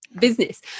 business